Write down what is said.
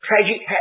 tragic